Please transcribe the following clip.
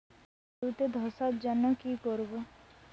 আলুতে ধসার জন্য কি করব?